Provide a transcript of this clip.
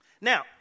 Now